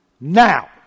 now